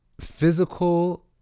physical